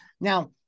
Now